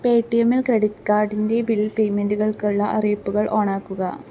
പേ ടി എമ്മിൽ ക്രെഡിറ്റ് കാർഡിൻ്റെ ബിൽ പേയ്മെൻറ്റുകൾക്കുള്ള അറിയിപ്പുകൾ ഓണാക്കുക